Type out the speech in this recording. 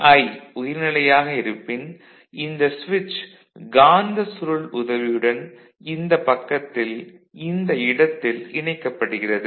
Vi உயர்நிலையாக இருப்பின் இந்த சுவிட்ச் காந்த சுருள் உதவியுடன் இந்த பக்கத்தில் இந்த இடத்தில் இணைக்கப்படுகிறது